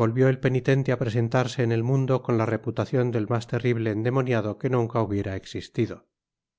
volvió el penitente á presentarse en el mundo con la reputacion del mas terrible endemoniado que nunca hubiera existido